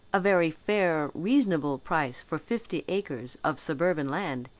a very fair, reasonable price for fifty acres of suburban land,